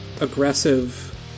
aggressive